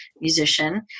musician